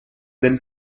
then